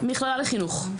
מכללה לחינוך.